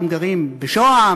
הם גרים בשוהם.